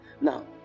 Now